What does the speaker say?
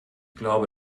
glaube